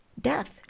death